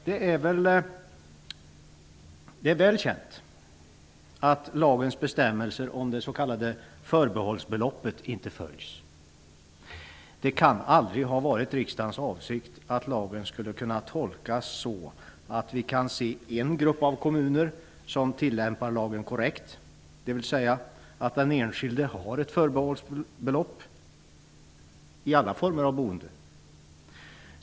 Det är väl känt att lagens bestämmelser om det s.k. förbehållsbeloppet inte följs. Det kan aldrig ha varit riksdagens avsikt att lagen skulle kunna tolkas på så olika sätt. Vi kan se en grupp av kommuner som tillämpar lagen korrekt, och där den enskilde har ett förbehållsbelopp i alla former av boende.